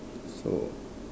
so